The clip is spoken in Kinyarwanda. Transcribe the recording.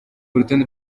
urutonde